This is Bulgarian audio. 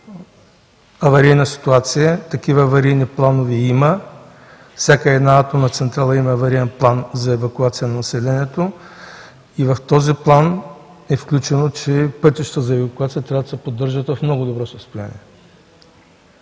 аварийна ситуация. Такива аварийни планове има, всяка една атомна централа има авариен план за евакуация на населението и в този план е включено, че пътища за евакуацията трябва да се поддържат в много добро състояние.